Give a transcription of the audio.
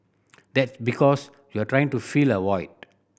that's because you're trying to fill a void